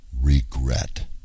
regret